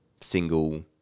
single